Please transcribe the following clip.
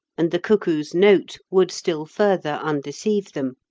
and the cuckoo's note would still further undeceive them.